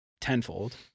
tenfold